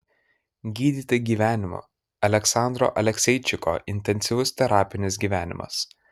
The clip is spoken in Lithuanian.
gydyti gyvenimu aleksandro alekseičiko intensyvus terapinis gyvenimas